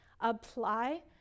apply